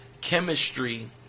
chemistry